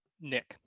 Nick